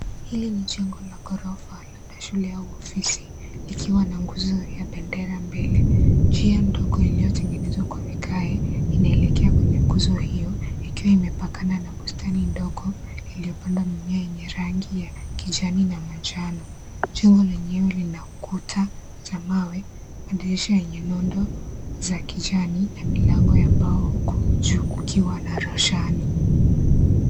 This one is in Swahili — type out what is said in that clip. Hili ni jengo la ghorofa, labda shule au ofisi likiwa na nguzo ya bendera mbele. Njia ndogo iliyotengenezwa kwa vigae inaelekea kwenye nguzo hio ikiwa imepakana na bustani ndogo iliyopandwa mimea yenye rangi ya kijani na manjano. jengo lenyewe lina kuta za mawe, madirisha yenye nondo za kijani na milango ya mbao huku juu kukiwa na roshani.